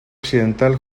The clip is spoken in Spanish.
occidental